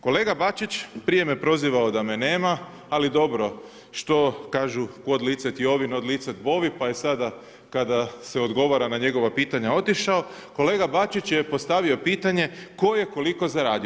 Kolega Bačić prije me prozivao da me nema, ali dobro, što kažu Quod licet lovi, non licet bovi pa i sada kada se odgovara na njegova pitanja otišao, kolega Bačić je postavio pitanje tko je koliko zaradio.